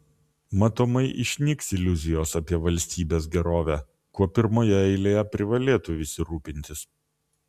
matomai išnyks iliuzijos apie valstybės gerovę kuo pirmoje eilėje privalėtų visi rūpintis